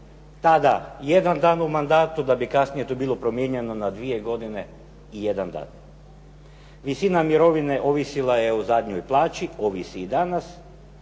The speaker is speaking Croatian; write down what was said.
tada jedan dan u mandatu, da bi kasnije to bilo promijenjeno na 2 godine i 1 dan. Visina mirovine ovisila je o zadnjoj plaći, ovisi i danas,